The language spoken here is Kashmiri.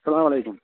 سَلام علیکُم